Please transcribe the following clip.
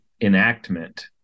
enactment